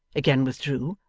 again withdrew,